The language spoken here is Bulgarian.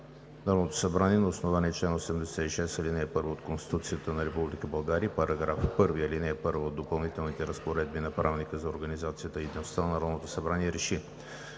Народното събрание на основание чл. 86, ал. 1 от Конституцията на Република България и § 1, ал. 1 от „Допълнителните разпоредби“ на Правилника за организацията и дейността на Народното събрание РЕШИ: